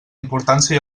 importància